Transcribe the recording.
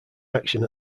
action